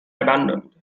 abandoned